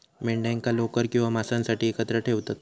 मेंढ्यांका लोकर किंवा मांसासाठी एकत्र ठेवतत